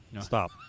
stop